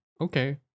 okay